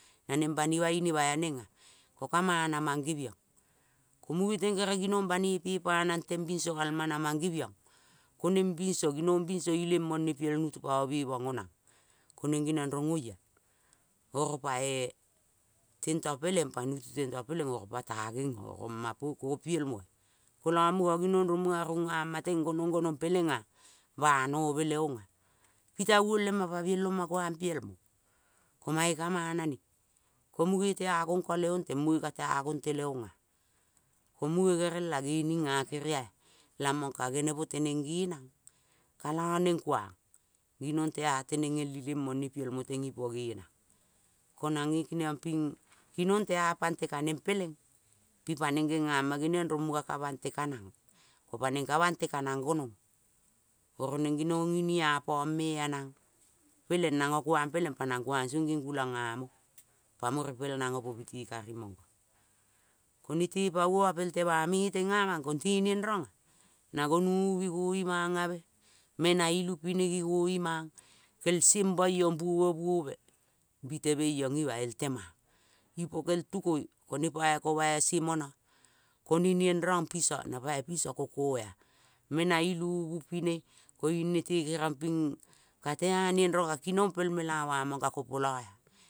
Naneng banima inimaea nengea. Ko ka mana mang gebiong. Ko mungeteng gereng ginong banoi ginong biso ileng mone piel nutu pamomemong onang. Koneng geniong rongoea oro pae tento peleng pa nutu tento peleng oro pata nengo kong mapo piel moea. Kolo mung giong nong munga ginong ningaema gononggong pelengea banoreleongea. Pilai uong lema pa bielo ma kuang pielmo. Komange ka manane, ko mungeta gongko leong teng mungeka tea gonle leongea. Ko munge gerelea gening ea keriaea lamongka genemo lereng nge nang. Kalo neng kuang, ginong lea tenengel ileng mongne pielmo lengipo nge nang. Konang nge keniong ping kinongtea panteka neng peleng pipa neng geniong rong munga ka banteka nang. Ko paneng ka bante ka nang gonong oro neng nginong iniapongme eanang peleng nongokuang peleng panang kuangong nging gulang nga mo. Pamo repel nang opo piti kan mongo. Ko nete poioma pel tema me tengua mang, kongte niengrongea na gonububi goingmangeake menailu pine gigongmang kelsembe mboiong buobebuobe bitebeiong imael tema ipo kel tukoi ko ne poi koma ase mono. Ko ne niengnong pigo na poi piso kokoea menailubu pine koing nete kenongping kate a niengiong ka kinong pel mela uang mong kakopoloa.